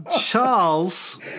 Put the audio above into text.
Charles